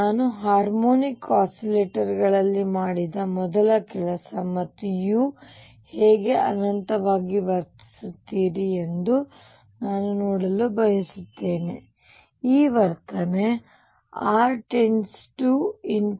ನಾವು ಹಾರ್ಮೋನಿಕ್ ಆಸಿಲೇಟರ್ಗಳಲ್ಲಿ ಮಾಡಿದ ಮೊದಲ ಕೆಲಸ ಮತ್ತು u ಹೇಗೆ ಅನಂತವಾಗಿ ವರ್ತಿಸುತ್ತೀರಿ ಎಂದು ನಾವು ನೋಡಲು ಬಯಸುತ್ತೇವೆ ನಿಮ್ಮ ವರ್ತನೆ r →∞